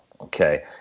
Okay